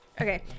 Okay